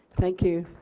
thank you.